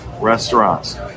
restaurants